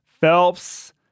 Phelps